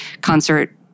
concert